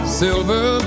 silver